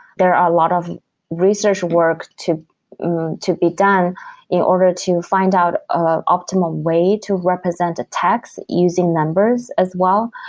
there are a lot of research work to to be done in order to find out the ah optimal way to represent attacks using numbers as well.